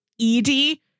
Edie